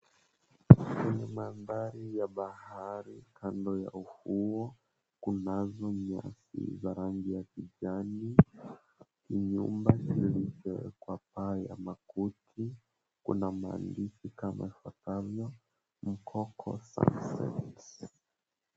Kwenye mandhari ya bahari kando ya ufuo kunazo nyasi za rangi ya kijani, nyumba zilizowekwa paa ya makuti, kuna maandishi kama yafuatavyo, "Mkoko Services."